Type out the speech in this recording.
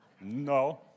No